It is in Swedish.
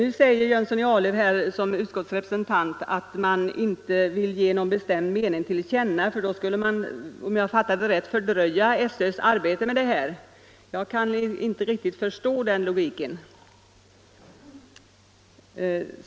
Herr Jönsson i Arlöv framhåller som utskottets representant att utskottet inte vill ge någon bestämd mening till känna, för då skulle man, om jag fattat rätt, fördröja SÖ:s arbete med detta. Jag kan inte riktigt förstå den logiken.